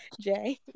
Jay